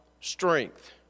strength